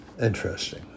Interesting